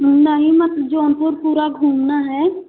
नहीं मत जौनपुर पूरा घूमना है